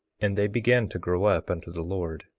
and they began to grow up unto the lord.